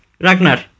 Ragnar